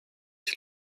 ich